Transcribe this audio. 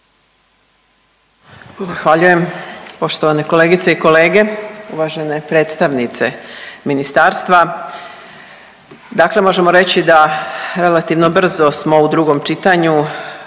Zahvaljujem. Poštovane kolegice i kolege, uvažene predstavnice ministarstva, dakle možemo reći da relativno brzo smo u drugom čitanju